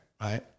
right